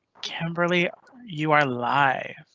kimberly you are live.